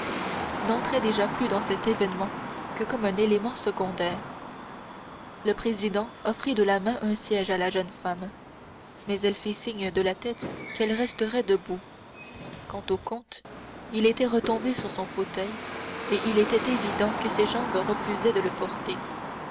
n'entrait déjà plus dans cet événement que comme un élément secondaire le président offrit de la main un siège à la jeune femme mais elle fit signe de la tête qu'elle resterait debout quant au comte il était retombé sur son fauteuil et il était évident que ses jambes refusaient de le porter